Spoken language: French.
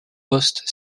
poste